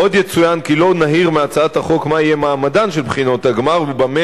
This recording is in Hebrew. עוד יצוין כי לא נהיר מהצעת החוק מה יהיה מעמדן של בחינות הגמר ובמה